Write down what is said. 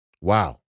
Wow